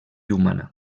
humana